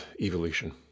evolution